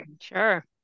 Sure